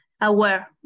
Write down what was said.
aware